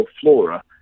flora